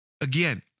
Again